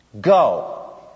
Go